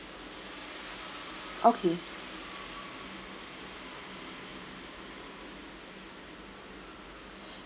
okay